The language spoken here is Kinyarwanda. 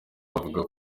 avuga